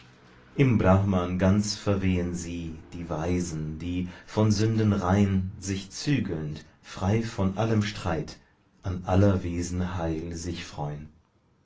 im brahman ganz verwehen sie die weisen die von sünden rein sich zügelnd frei von allem streit an aller wesen heil sich freun